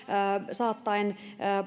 saattaen